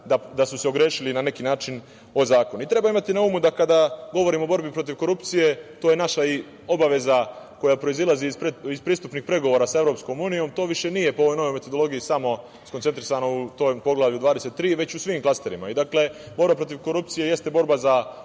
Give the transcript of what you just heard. da su se ogrešili na neki način o zakon. Treba imati na umu da je to, kada govorim o borbi protiv korupcije, naša obaveza koja proizilazi iz pristupnih pregovora sa EU. To više nije po ovoj novoj metodologiji koncentrisao u tom Poglavlju 23, već u svim klasterima. Dakle, borba protiv korupcije jeste borba za